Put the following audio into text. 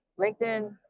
LinkedIn